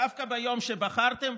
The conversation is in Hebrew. דווקא ביום שבחרתם,